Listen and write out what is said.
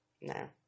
No